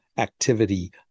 Activity